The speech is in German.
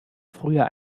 früher